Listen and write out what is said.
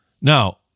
Now